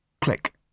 Click